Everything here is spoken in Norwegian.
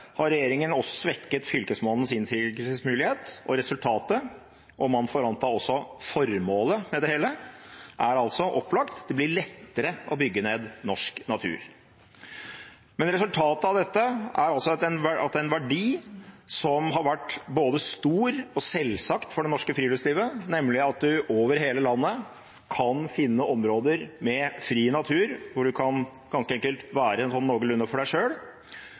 har regjeringen også svekket Fylkesmannens innsigelsesmulighet, og resultatet – man får anta også formålet med det hele – er opplagt: Det blir lettere å bygge ned norsk natur. Resultatet av dette er altså at en verdi som har vært både stor og selvsagt for det norske friluftslivet, nemlig at man over hele landet kan finne områder med fri natur, hvor man kan ganske enkelt være sånn noenlunde for